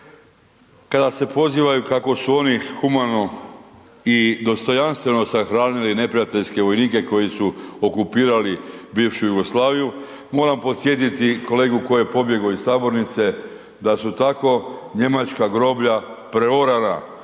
Kada se pozivaju kako su oni humano i dostojanstveno sahranili neprijateljske vojnike koji su okupirali bivšu Jugoslaviju moram podsjetiti kolegu koji je pobjegao iz sabornice da su tako njemačka groblja preorana.